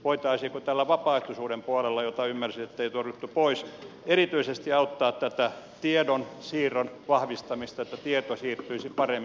voitaisiinko tällä vapaaehtoisuuden puolella jota ymmärsin ettei torjuttu pois erityisesti auttaa tiedonsiirron vahvistamista että tieto siirtyisi paremmin